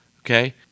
okay